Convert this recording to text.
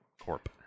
Corp